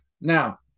Now